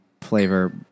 flavor